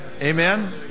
amen